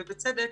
ובצדק,